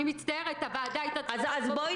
ואני